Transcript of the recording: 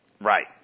Right